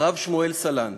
הרב שמואל סלנט,